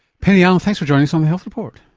penny allen, thanks for joining us on the health report.